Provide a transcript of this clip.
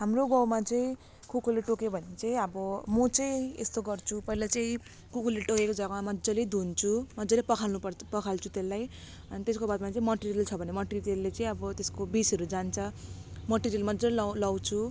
हाम्रो गाउँमा चाहिँ कुकुरले टोक्यो भने चाहिँ अब म चाहिँ यस्तो गर्छु पहिला चाहिँ कुकुरले टोकेको जग्गामा मजाले धुन्छु मजाले पखाल्नु पर पखाल्छु त्यसलाई अनि त्यसको बादमा चाहिँ मट्टितेल छ भने मट्टितेलले चाहिँ अब त्यसको विषहरू जान्छ मट्टितेल मजाले लाउ लगाउँछु